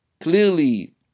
clearly